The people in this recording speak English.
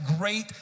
great